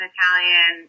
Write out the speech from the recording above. Italian